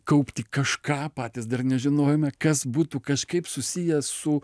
kaupti kažką patys dar nežinojome kas būtų kažkaip susiję su